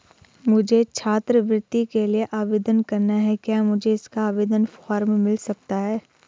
मुझे छात्रवृत्ति के लिए आवेदन करना है क्या मुझे इसका आवेदन फॉर्म मिल सकता है?